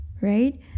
right